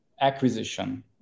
acquisition